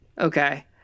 Okay